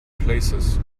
places